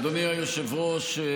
אדוני היושב-ראש,